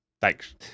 Thanks